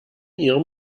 ihrem